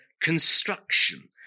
construction